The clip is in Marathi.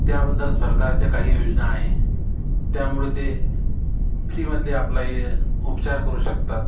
त्याबद्दल सरकारच्या काही योजना आहे त्यामुळे ते फ्रीमधले आपला हे उपचार करू शकतात